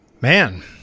man